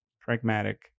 pragmatic